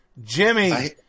jimmy